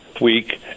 week